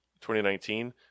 2019